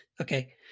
Okay